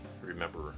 remember